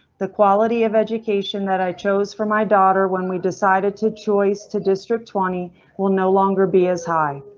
the quality of education that i chose for my daughter when we decided to choice to district twenty will no longer be as high.